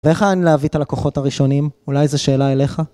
ואיך להביא את הלקוחות הראשונים? אולי זו שאלה אליך?